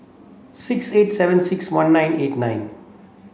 six eight seven six one nine eight nine